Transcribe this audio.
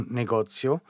negozio